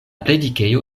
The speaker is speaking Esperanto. predikejo